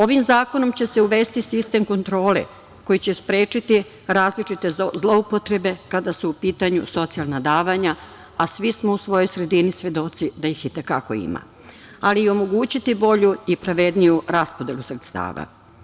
Ovim zakonom će se uvesti sistem kontrole koji će sprečiti različite zloupotrebe kada su u pitanju socijalna davanja, a svi smo u svojoj sredini svedoci da ih je i te kako ima, ali i omogućiti bolju i pravedniju raspodelu sredstava.